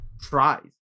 tries